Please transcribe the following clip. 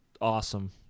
awesome